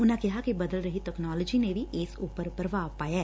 ਉਨਾਂ ਕਿਹਾ ਕਿ ਬਦਲ ਰਹੀ ਤਕਨਾਲੋਜੀ ਨੇ ਵੀ ਇਸ ਉਪਰ ਪੁਭਾਵ ਪਾਇਐ